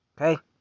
Okay